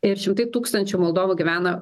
ir šimtai tūkstančių moldovų gyvena